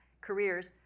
careers